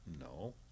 No